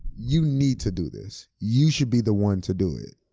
you need to do this. you should be the one to do it,